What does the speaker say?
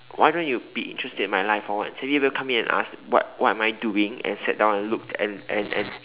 why don't you be interested in my life or what so do you ever come in and ask what what am I doing and sit down and looked and and and